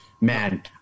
Man